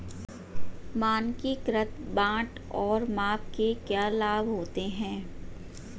मानकीकृत बाट और माप के क्या लाभ हैं?